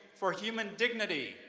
for human dignity,